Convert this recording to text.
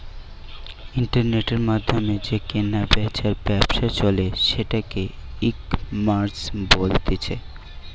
ইন্টারনেটের মাধ্যমে যে কেনা বেচার ব্যবসা চলে সেটাকে ইকমার্স বলতিছে